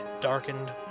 darkened